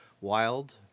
wild